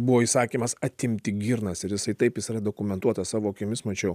buvo įsakymas atimti girnas ir jisai taip jis yra dokumentuota savo akimis mačiau